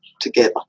together